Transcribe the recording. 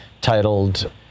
titled